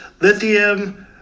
lithium